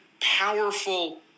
powerful